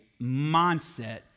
mindset